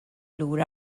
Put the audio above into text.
lura